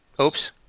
oops